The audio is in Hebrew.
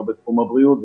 לא בתחום הבריאות,